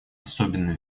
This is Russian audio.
особенно